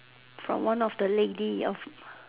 from one of the lady of